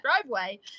driveway